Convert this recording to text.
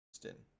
Houston